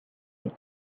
had